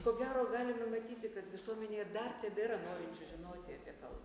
ko gero galima matyti kad visuomenėje dar tebėra norinčių žinoti apie kalbą